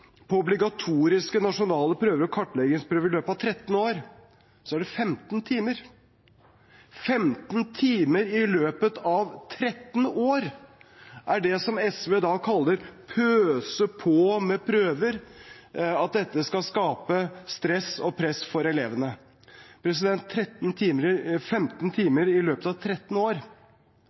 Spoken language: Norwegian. på med prøver. Vel, ser vi på hva elevene bruker av tid på obligatoriske nasjonale prøver og kartleggingsprøver i løpet av 13 år, er det 15 timer. 15 timer i løpet av 13 år er det SV kaller å pøse på med prøver, at dette skal skape stress og press for elevene.